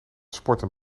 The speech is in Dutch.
sporten